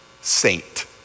Saint